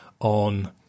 on –